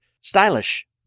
stylish